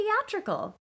theatrical